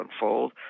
unfold